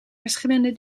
verschillende